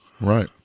Right